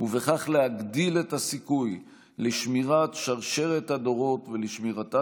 ובכך להגדיל את הסיכוי לשמירת שרשרת הדורות ולשמירתה